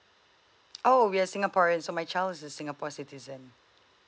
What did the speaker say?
oh yes singaporean so my child is a singapore citizen